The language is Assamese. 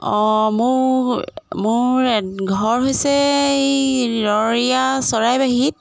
অঁ মোৰ মোৰ ঘৰ হৈছে এই ৰৰয়া চৰাইবাহীত